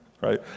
right